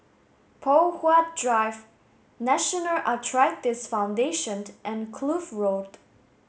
Poh Huat Drive National Arthritis Foundation and Kloof Road